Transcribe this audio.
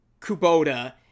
Kubota